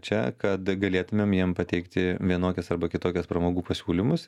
čia kad galėtumėm jiem pateikti vienokias arba kitokias pramogų pasiūlymus